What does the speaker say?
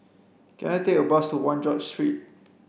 can I take a bus to One George Street